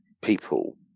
people